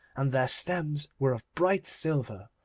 and their stems were of bright silver.